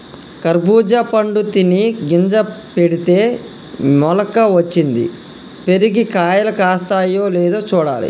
ఖర్జురా పండు తిని గింజ పెడితే మొలక వచ్చింది, పెరిగి కాయలు కాస్తాయో లేదో చూడాలి